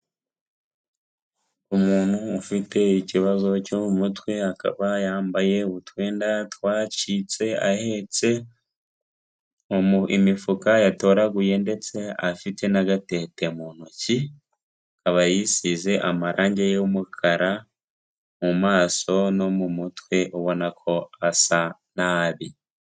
Umuntu ufite ikibazo cyo mu mutwe akaba yambaye utwenda twacitse ahetse imifuka yatoraguye ndetse afite n'agatete mu ntoki, aba yisize amarange y'umukara mu maso no mu mutwe ubona ko asa nabi.